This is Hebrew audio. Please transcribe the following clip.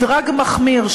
מדרג מחמיר,